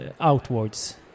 outwards